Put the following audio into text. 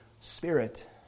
spirit